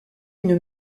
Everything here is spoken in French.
une